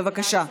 בבקשה.